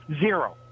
Zero